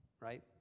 right